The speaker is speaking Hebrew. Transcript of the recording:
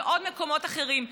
ועוד מקומות אחרים.